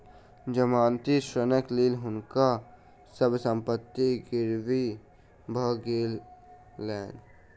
जमानती ऋणक लेल हुनका सभ संपत्ति गिरवी भ गेलैन